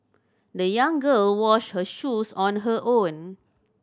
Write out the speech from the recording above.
the young girl washed her shoes on her own